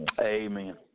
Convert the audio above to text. Amen